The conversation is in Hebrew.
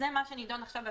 זה ההסדר כרגע.